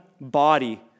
body